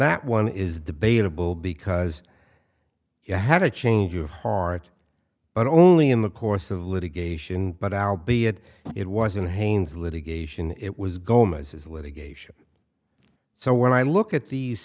that one is debatable because you had a change of heart but only in the course of litigation but i'll be it it wasn't haynes litigation it was gone as is litigation so when i look at these